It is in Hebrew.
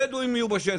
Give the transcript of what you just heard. הבדואים יהיו בשטח.